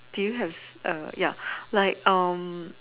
do you have err ya like um